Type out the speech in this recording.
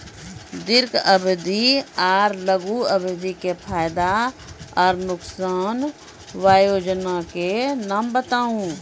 दीर्घ अवधि आर लघु अवधि के फायदा आर नुकसान? वयोजना के नाम बताऊ?